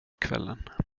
kvällen